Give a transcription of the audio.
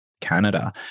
Canada